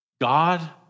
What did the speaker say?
God